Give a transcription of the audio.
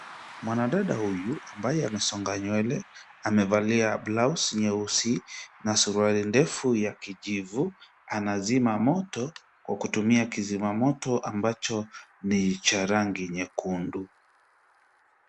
Mwanadada huyu ambaye amesonga nywele, amevalia blouse nyeusi na suruali ndefu ya kijivu anazima moto kwa kutumia kizima moto ambacho ni cha rangi nyekundu.